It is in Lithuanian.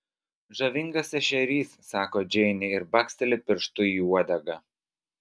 žavingas ešerys sako džeinė ir baksteli pirštu į uodegą